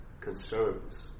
Concerns